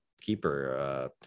keeper